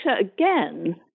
again